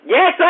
Yes